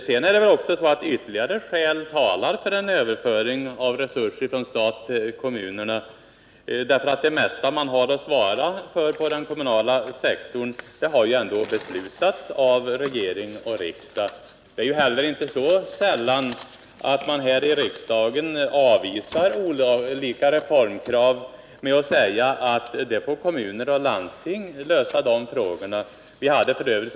Sedan talar ytterligare skäl för en överföring av resurser från staten till kommunerna. Det mesta man har att svara för i den kommunala sektorn har ju beslutats av regering och riksdag. Det är inte heller så sällan som man här i riksdagen avvisar olika reformkrav med att säga, att de frågorna får kommuner och landsting lösa. Vi hade f.ö.